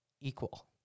equal